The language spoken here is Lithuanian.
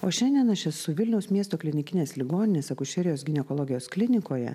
o šiandien aš esu vilniaus miesto klinikinės ligoninės akušerijos ginekologijos klinikoje